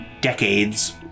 decades